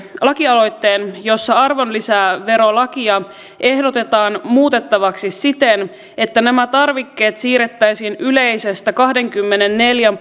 lakialoitteen jossa arvonlisäverolakia ehdotetaan muutettavaksi siten että nämä tarvikkeet siirrettäisiin yleisestä kahdenkymmenenneljän